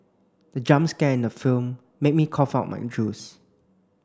the jump scare in the film made me cough out my juice